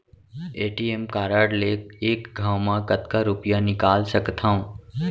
ATM card ले एक घव म कतका रुपिया निकाल सकथव?